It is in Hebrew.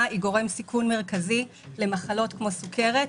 היא גורם סיכון מרכזי למחלות כמו סוכרת.